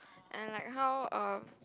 and like how um